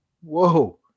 whoa